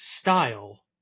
style